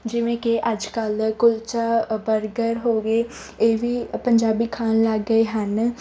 ਜਿਵੇਂ ਕਿ ਅੱਜ ਕੱਲ੍ਹ ਦਾ ਕੁਲਚਾ ਬਰਗਰ ਹੋ ਗਏ ਇਹ ਵੀ ਪੰਜਾਬੀ ਖਾਣ ਲੱਗ ਗਏ ਹਨ